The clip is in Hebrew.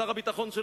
שר הביטחון,